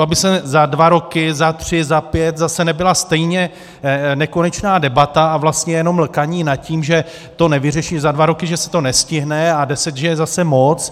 Aby za dva roky, za tři, za pět zase nebyla stejně nekonečná debata a vlastně jenom lkaní nad tím, že se to nevyřeší za dva roky, že se to nestihne a deset že je zase moc.